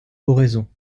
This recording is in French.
oraison